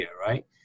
right